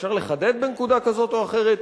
אפשר לחדד בנקודה כזאת או אחרת,